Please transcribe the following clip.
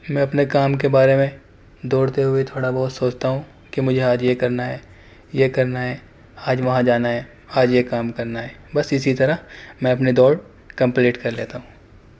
میں اپنے کام کے بارے میں دوڑتے ہوئے تھوڑا بہت سوچتا ہوں کہ مجھے آج یہ کرنا ہے یہ کرنا ہے آج وہاں جانا ہے آج یہ کام کرنا ہے بس اسی طرح میں اپنی دوڑ کمپلیٹ کر لیتا ہوں